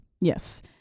Yes